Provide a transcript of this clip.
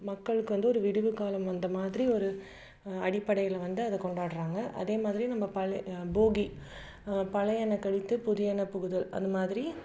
மக்களுக்கு வந்து ஒரு விடிவுகாலம் வந்த மாதிரி ஒரு அடிப்படையில் வந்து அதை கொண்டாடுறாங்க அதேமாதிரி நம்ப பழை போகி பழையன கழித்து புதியன புகுதல் அந்த மாதிரி